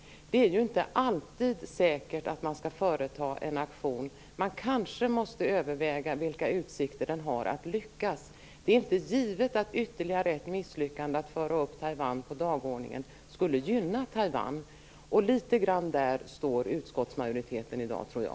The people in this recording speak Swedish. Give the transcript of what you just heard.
Det är ju inte alltid säkert att man skall företa en aktion. Man kanske måste överväga vilka utsikter den har att lyckas. Det är inte givet att ytterligare ett misslyckande att föra upp Taiwan på dagordningen skulle gynna Taiwan. Där står utskottsmajoriteten i dag, tror jag.